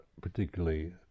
particularly